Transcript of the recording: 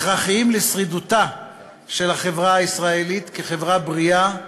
הכרחי לשרידותה של החברה הישראלית כחברה בריאה,